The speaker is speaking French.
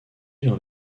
dans